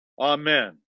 Amen